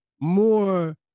more